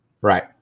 Right